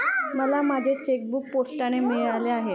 मला माझे चेकबूक पोस्टाने मिळाले आहे